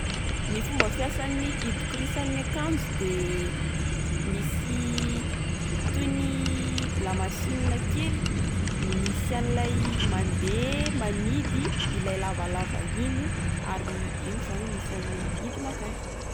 Ny fomba fiasan'ny hidikorisan'ny akanjo de misy toy ny lamasinina kely misy an'ilay mande manidy ilay lavalava iny ary iny zany anisan'ny hidin'akanjo.